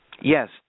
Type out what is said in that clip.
Yes